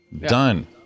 done